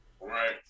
right